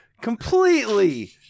Completely